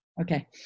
Okay